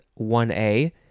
1a